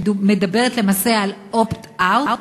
שמדברת למעשה על opt-out.